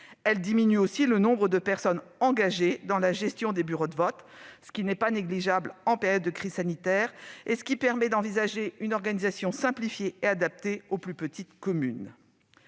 Elles diminuent aussi le nombre de personnes engagées dans la gestion des bureaux de vote- point qui n'est pas négligeable en période de crise sanitaire -, permettant ainsi d'envisager une organisation simplifiée et adaptée aux plus petites communes.